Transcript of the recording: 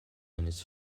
eines